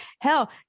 Hell